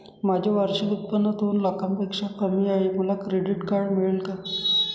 माझे वार्षिक उत्त्पन्न दोन लाखांपेक्षा कमी आहे, मला क्रेडिट कार्ड मिळेल का?